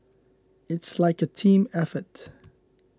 it's like a team effort